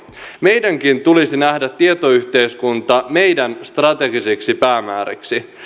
meidänkin tulisi nähdä tietoyhteiskunta meidän strategiseksi päämääräksemme